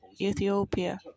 Ethiopia